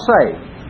say